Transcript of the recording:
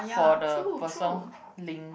for the person link